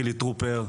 חילי טרופר,